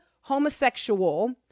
homosexual